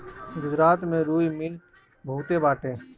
गुजरात में रुई मिल बहुते बाटे